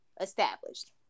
established